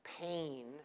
pain